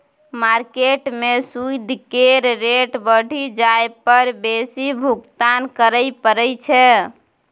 market में सूइद केर रेट बढ़ि जाइ पर बेसी भुगतान करइ पड़इ छै